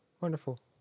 wonderful